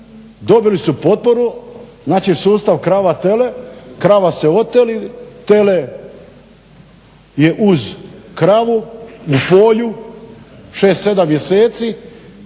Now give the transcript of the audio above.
Dobili su potporu znači sustav krava-tele. Krava se oteli, tele je uz kravu na polju 6, 7 mjeseci